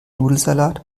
nudelsalat